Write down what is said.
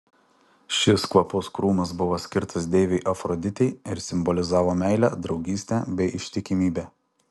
šis kvapus krūmas buvo skirtas deivei afroditei ir simbolizavo meilę draugystę bei ištikimybę